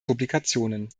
publikationen